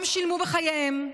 הם גם שילמו בחייהם,